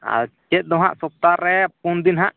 ᱟᱨ ᱪᱮᱫ ᱫᱚᱦᱟᱜ ᱥᱚᱯᱛᱟᱨᱮ ᱯᱩᱱ ᱫᱤᱱᱦᱟᱜ